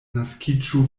naskiĝu